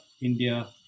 India